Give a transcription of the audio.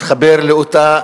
מתחבר לאותה